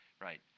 right